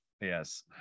Yes